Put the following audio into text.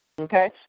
Okay